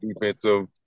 defensive